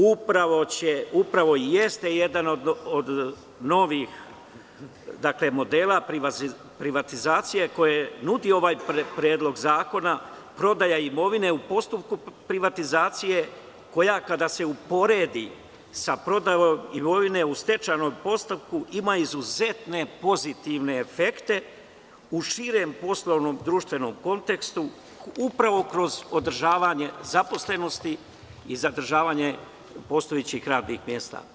Upravo i jeste jedan od novih modela privatizacije koji nudi ovaj predlog zakona prodaja imovine u postupku privatizacije, koja kada se uporedi sa prodajom imovine u stečajnom postupku ima izuzetne pozitivne efekte u širem poslovnom društvenom kontekstu upravo kroz održavanje zaposlenosti i zadržavanje postojećih radnih mesta.